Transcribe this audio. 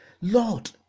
Lord